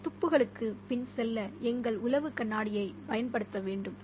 சில துப்புகளுக்குப் பின் செல்ல எங்கள் உளவு கண்ணாடியைப் பயன்படுத்த வேண்டும்